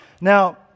Now